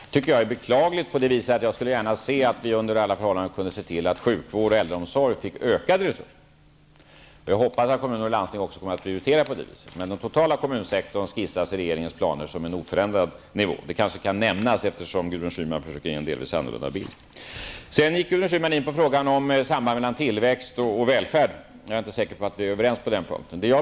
Jag tycker att det är beklagligt, eftersom jag gärna skulle se att vi kunde ge sjukvård och äldreomsorg ökade resurser. Jag hoppas att kommuner och landsting kommer att prioritera på det viset, men i regeringens planer skisseras en oförändrad nivå för den totala kommunsektorn. Det kanske kan nämnas, eftersom Gudrun Schyman försökte ge en delvis annorlunda bild. Gudrun Schyman tog också upp sambandet mellan tillväxt och välfärd. Jag är inte säker på att vi är överens på den punkten.